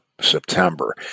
September